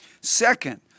Second